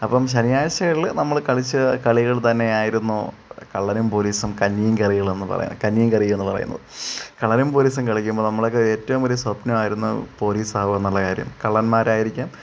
അപ്പം ശനിയാഴ്ചകളിൽ നമ്മൾ കളിച്ച കളികൾ തന്നെയായിരുന്നു കള്ളനും പോലീസും കഞ്ഞീം കറികളും എന്ന് പറയുന്നത് കഞ്ഞീം കറീം എന്ന് പറയുന്നത് കള്ളനും പോലീസും കളിക്കുമ്പോൾ നമ്മുടെയൊക്കെ ഏറ്റോം വലിയ സ്വപ്നമായിരുന്നു പോലീസാവാന്നുള്ള കാര്യം കള്ളന്മാരായിരിക്കാം